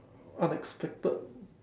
unexpected